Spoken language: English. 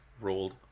rolled